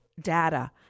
data